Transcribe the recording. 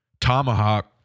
Tomahawk